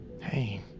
Hey